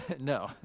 No